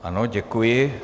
Ano, děkuji.